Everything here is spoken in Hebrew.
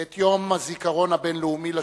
את יום הזיכרון הבין-לאומי לשואה.